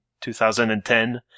2010